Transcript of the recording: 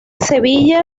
sevilla